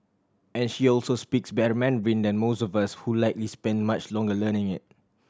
and she also speaks better Mandarin than most of us who likely spent much longer learning it